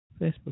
Facebook